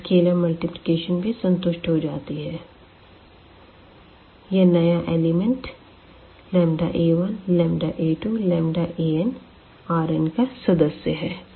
यहाँ scalar multiplication भी संतुष्ट हो जाती है यह नया एलिमेंट a1a2an Rn का सदस्य है